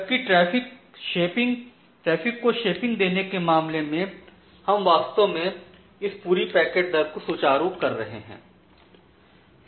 जबकि ट्रैफिक को शेपिंग देने के मामले में हम वास्तव में इस पूरी पैकेट दर को सुचारू कर रहे है